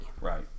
right